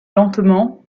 lentement